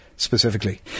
Specifically